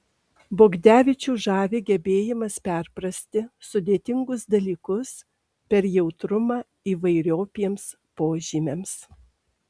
bogdevičių žavi gebėjimas perprasti sudėtingus dalykus per jautrumą įvairiopiems požymiams